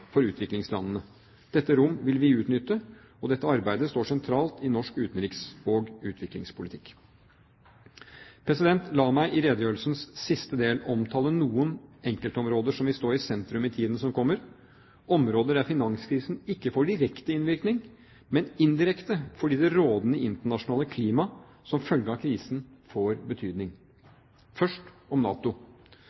for utviklingslandene. Dette rom vil vi utnytte, og dette arbeidet står sentralt i norsk utenriks- og utviklingspolitikk. La meg i redegjørelsens siste del omtale noen enkeltområder som vil stå i sentrum i tiden som kommer – områder der finanskrisen ikke får direkte innvirkning, men indirekte fordi det rådende internasjonale klima som følge av krisen får betydning.